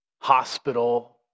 hospital